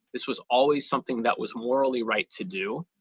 this was always something that was morally right to do.